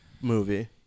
movie